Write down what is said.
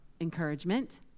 Encouragement